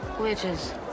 Witches